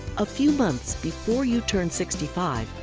a few months before you turn sixty five,